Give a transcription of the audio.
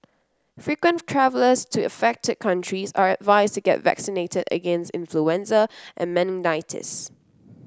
frequent travellers to affected countries are advised to get vaccinated against influenza and meningitis